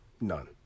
None